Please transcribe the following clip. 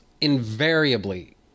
invariably